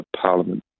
parliament